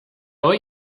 hoy